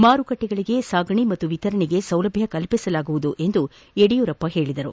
ಮಾರುಕಟ್ಟಿಗಳಿಗೆ ಸಾಗಣೆ ಹಾಗೂ ವಿತರಣೆಗೆ ಸೌಲಭ್ಣ ಕಲ್ಪಿಸಲಾಗುವುದು ಎಂದು ಯಡಿಯೂರಪ್ಪ ತಿಳಿಸಿದರು